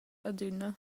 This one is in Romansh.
adüna